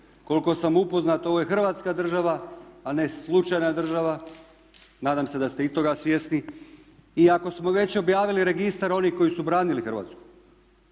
Koliko sam upoznat, ovo je Hrvatska država a ne slučajna država, nadam se da ste i toga svjesni. I ako smo već objavili registar onih koji su branili Hrvatsku